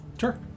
Sure